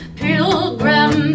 pilgrim